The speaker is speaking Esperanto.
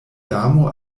damo